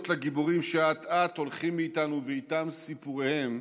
לגיבורים שאט-אט הולכים מאיתנו ואיתם סיפוריהם,